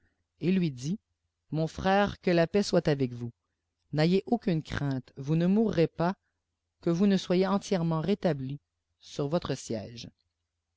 et lui dit mon frère que la paix soit avec vous n'ayez aucune crainte vous ne mourrez pas que vous ne soyez entièrement rétabli sur votre siège